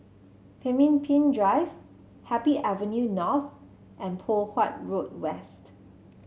Pemimpin Drive Happy Avenue North and Poh Huat Road West